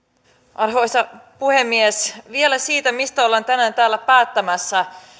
arvoisa puhemies vielä siitä mistä ollaan tänään täällä päättämässä